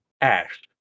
Ash